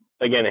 again